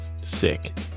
Sick